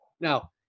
Now